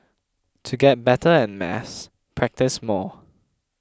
to get better at maths practise more